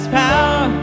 power